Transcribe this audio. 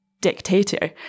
dictator